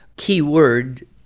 keyword